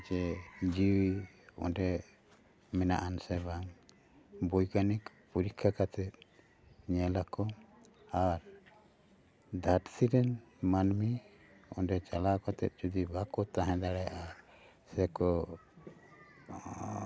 ᱡᱮ ᱡᱤᱣᱤ ᱚᱸᱰᱮ ᱢᱮᱱᱟᱜ ᱟᱱ ᱥᱮ ᱵᱟᱝ ᱵᱳᱭᱜᱟᱱᱤᱠ ᱯᱚᱨᱤᱠᱷᱟ ᱠᱟᱛᱮᱫ ᱧᱮᱞ ᱟᱠᱚ ᱟᱨ ᱫᱷᱟᱹᱨᱛᱤ ᱨᱮᱱ ᱢᱟᱹᱱᱢᱤ ᱚᱸᱰᱮ ᱪᱟᱞᱟᱣ ᱠᱟᱛᱮᱫ ᱡᱩᱫᱤ ᱵᱟᱠᱚ ᱛᱟᱦᱮᱸ ᱫᱟᱲᱮᱭᱟᱜᱼᱟ ᱥᱮ ᱠᱚ